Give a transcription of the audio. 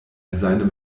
seinem